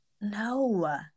No